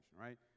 right